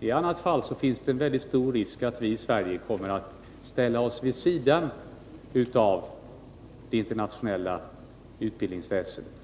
I annat fall finns det en mycket stor risk för att vi i Sverige kommer att ställa oss vid sidan av det internationella utbildningsväsendet.